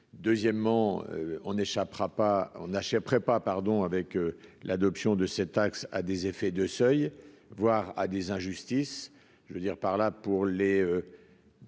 pas, on n'achèterait pas pardon, avec l'adoption de cette taxe a des effets de seuil, voire à des injustices, je veux dire par là, pour les